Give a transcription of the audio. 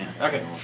Okay